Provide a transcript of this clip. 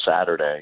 Saturday